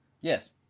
Yes